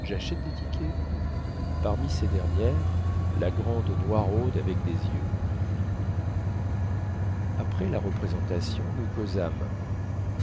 jachète des tickets parmi ces dernières la grande noiraude avec des yeux après la représentation nous causâmes